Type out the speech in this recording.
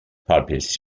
published